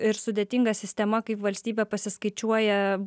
ir sudėtinga sistema kaip valstybė pasiskaičiuoja